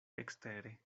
ekstere